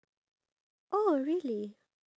are you excited for it